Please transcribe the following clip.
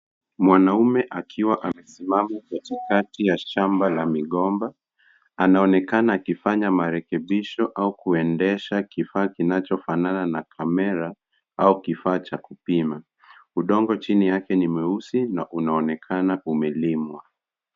Mwanaume akiwa amesimama katikati ya shamba la migomba. Anaonekana akifanya marekebisho au kuendesha kifaa kinachofanana na kamera au kifaa cha kupima. Udongo chini yake ni mweusi na unaonekana umelimwa.